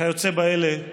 וכיוצא באלה קללות,